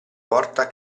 porta